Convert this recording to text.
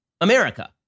America